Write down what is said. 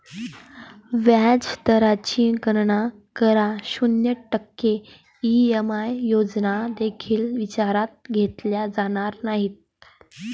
व्याज दराची गणना करा, शून्य टक्के ई.एम.आय योजना देखील विचारात घेतल्या जाणार नाहीत